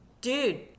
dude